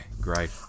Great